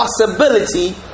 possibility